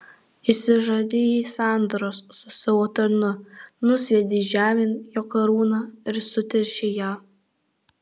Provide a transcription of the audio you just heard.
išsižadėjai sandoros su savo tarnu nusviedei žemėn jo karūną ir suteršei ją